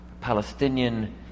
Palestinian